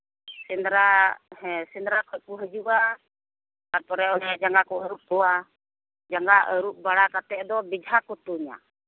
ᱥᱮᱸᱫᱽᱨᱟ ᱦᱮᱸ ᱥᱮᱸᱫᱽᱨᱟ ᱠᱷᱚᱱ ᱠᱚ ᱦᱤᱡᱩᱜᱼᱟ ᱛᱟᱨᱯᱚᱨᱮ ᱚᱱᱮ ᱡᱟᱸᱜᱟ ᱠᱚ ᱟᱹᱨᱩᱵ ᱠᱚᱣᱟ ᱡᱟᱸᱜᱟ ᱟᱹᱨᱩᱵ ᱵᱟᱲᱟ ᱠᱟᱛᱮᱫ ᱫᱚ ᱵᱮᱡᱷᱟ ᱠᱚ ᱛᱩᱧᱟ